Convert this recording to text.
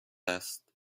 هست